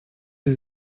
sie